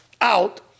out